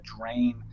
drain